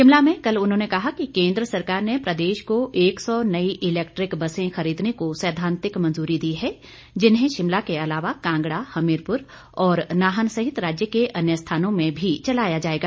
शिमला में कल उन्होंने कहा कि केंद्र सरकार ने प्रदेश को एक सौ नई इलैक्ट्रिक बसें खरीदने को सैद्वांतिक मंजूरी दी है जिन्हें शिमला के अलावा कांगड़ा हमीरपुर और नाहन सहित राज्य के अन्य स्थानों में भी चलाया जाएगा